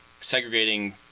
segregating